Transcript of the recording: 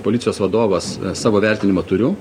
policijos vadovas savo vertinimą turiu